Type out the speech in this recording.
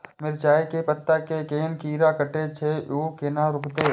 मिरचाय के पत्ता के कोन कीरा कटे छे ऊ केना रुकते?